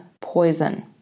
poison